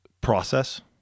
process